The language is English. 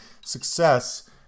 success